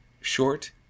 short